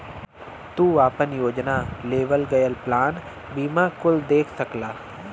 तू आपन योजना, लेवल गयल प्लान बीमा कुल देख सकला